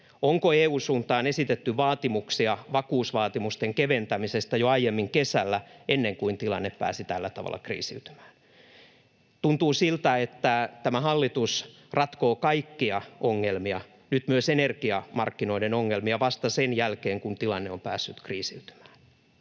Onko EU:n suuntaan esitetty vaatimuksia vakuusvaatimusten keventämisestä jo aiemmin kesällä, ennen kuin tilanne pääsi tällä tavalla kriisiytymään? Tuntuu siltä, että tämä hallitus ratkoo kaikkia ongelmia, nyt myös energiamarkkinoiden ongelmia, vasta sen jälkeen, kun tilanne on päässyt kriisiytymään.